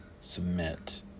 submit